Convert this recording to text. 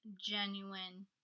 genuine